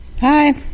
Hi